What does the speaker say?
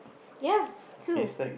ya two